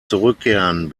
zurückkehren